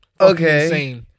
Okay